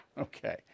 Okay